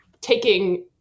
taking